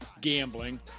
gambling